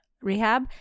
rehab